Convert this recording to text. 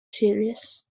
series